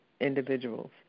individuals